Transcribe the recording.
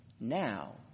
now